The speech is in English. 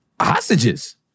hostages